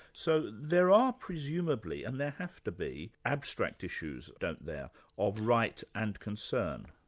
so there are presumably and there have to be abstract issues don't there of right and concern?